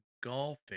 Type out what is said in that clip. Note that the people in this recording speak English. golfing